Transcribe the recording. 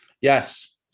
Yes